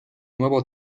nuevo